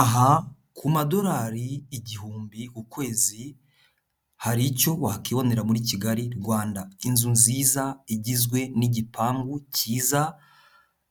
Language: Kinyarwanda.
Aha ku madolari igihumbi ukwezi, hari icyo wakwibonera muri Kigali, Rwanda, inzu nziza igizwe n'igipangu kiza,